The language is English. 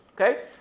Okay